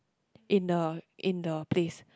in the in the place